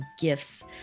gifts